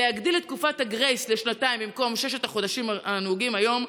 להגדיל את תקופת הגרייס לשנתיים במקום ששת החודשים הנהוגים היום,